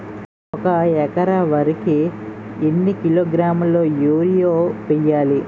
ఒక ఎకర వరి కు ఎన్ని కిలోగ్రాముల యూరియా వెయ్యాలి?